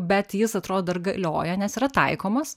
bet jis atrodo ir galioja nes yra taikomas